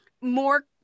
more